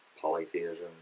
polytheism